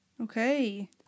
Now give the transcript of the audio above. Okay